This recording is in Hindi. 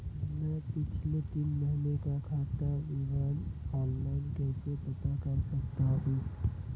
मैं पिछले तीन महीनों का खाता विवरण ऑनलाइन कैसे प्राप्त कर सकता हूं?